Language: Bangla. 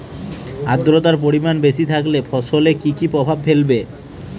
আদ্রর্তার পরিমান বেশি থাকলে ফসলে কি কি প্রভাব ফেলবে?